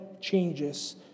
changes